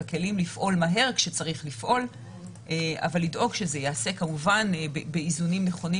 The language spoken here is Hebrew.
הכלים לפעול מהר כשצריך לפעול ולדאוג שזה ייעשה באיזונים נכונים,